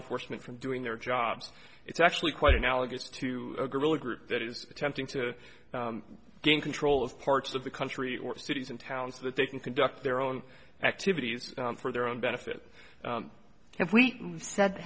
enforcement from doing their jobs it's actually quite analogous to a guerrilla group that is attempting to gain control of parts of the country or cities and towns so that they can conduct their own activities for their own benefit if we said